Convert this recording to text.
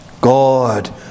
God